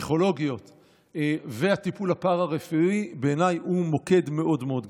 פסיכולוגיות והטיפול הפארה-רפואי בעיניי הוא מוקד מאוד מאוד גדול.